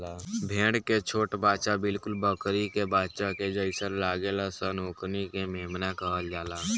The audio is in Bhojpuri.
भेड़ के छोट बच्चा बिलकुल बकरी के बच्चा के जइसे लागेल सन ओकनी के मेमना कहल जाला